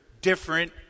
different